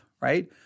right